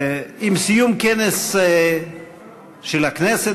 עם סיום כנס של הכנסת,